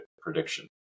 prediction